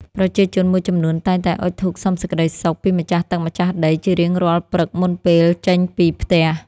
ប្រជាជនមួយចំនួនតែងតែអុជធូបសុំសេចក្តីសុខពីម្ចាស់ទឹកម្ចាស់ដីជារៀងរាល់ព្រឹកមុនពេលចេញពីផ្ទះ។